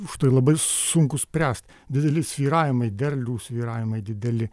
užtai labai sunku spręst dideli svyravimai derlių svyravimai dideli